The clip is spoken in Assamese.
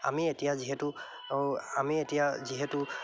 আমি এতিয়া যিহেতু আমি এতিয়া যিহেতু